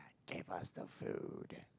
give us the food